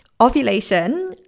ovulation